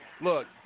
Look